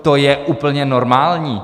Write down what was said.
To je úplně normální!